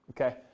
okay